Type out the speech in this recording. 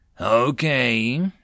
Okay